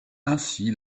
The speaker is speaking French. ainsi